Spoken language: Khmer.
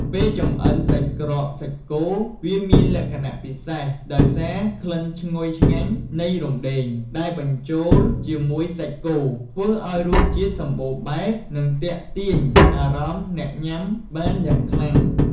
ពេលចម្អិនសាច់ក្រកសាច់គោ វាមានលក្ខណៈពិសេស ដោយសារក្លិនឈ្ងុយឆ្ងាញ់នៃរំដេង ដែលបញ្ចូលជាមួយសាច់គោ ធ្វើឱ្យរសជាតិសម្បូរបែប និងទាក់ទាញអារម្មណ៍អ្នកញ៉ាំបានយ៉ាងខ្លាំង។